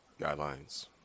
guidelines